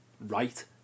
right